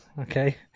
Okay